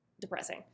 depressing